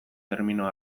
termino